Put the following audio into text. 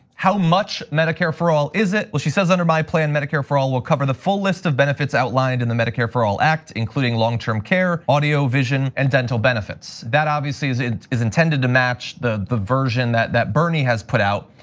how much medicare for all is it? well she says, under my plan, medicare for all will cover the full list of benefits outlined in the medicare for all act, including long-term care, audio, vision, and dental benefits. that obviously is intended to match the the version that that bernie has put out.